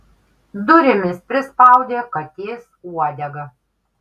durimis prispaudė katės uodegą